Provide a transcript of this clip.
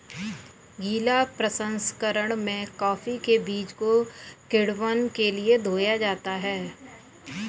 गीला प्रसंकरण में कॉफी के बीज को किण्वन के लिए धोया जाता है